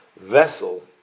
vessel